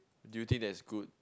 do you think that is good